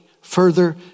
further